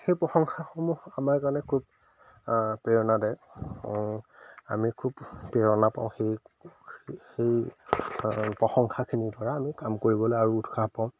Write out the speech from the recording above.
সেই প্ৰশংসাসমূহ আমাৰ কাৰণে খুব প্ৰেৰণাদায়ক আমি খুব প্ৰেৰণা পাওঁ সেই সেই প্ৰশংসাখিনিৰ পৰা আমি কাম কৰিবলৈ আৰু উৎসাহ পাওঁ